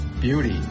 beauty